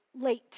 late